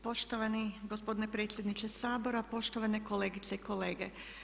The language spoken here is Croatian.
Poštovani gospodine predsjedniče Sabora, poštovane kolegice i kolege.